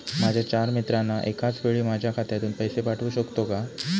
माझ्या चार मित्रांना एकाचवेळी माझ्या खात्यातून पैसे पाठवू शकतो का?